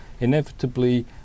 inevitably